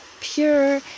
pure